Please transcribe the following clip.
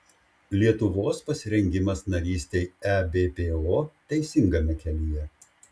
lietuvos pasirengimas narystei ebpo teisingame kelyje